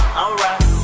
alright